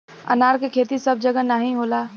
अनार क खेती सब जगह नाहीं होला